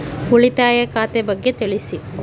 ಉಳಿತಾಯ ಖಾತೆ ಬಗ್ಗೆ ತಿಳಿಸಿ?